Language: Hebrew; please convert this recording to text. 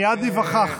מייד ניווכח.